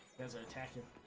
is attacking